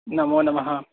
नमोनमः